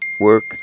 work